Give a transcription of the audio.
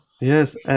Yes